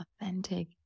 authentic